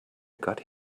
got